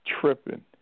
tripping